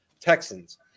Texans